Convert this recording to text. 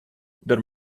der